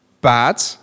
bad